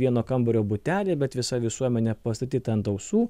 vieno kambario butelį bet visa visuomenė pastatyta ant ausų